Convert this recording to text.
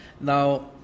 Now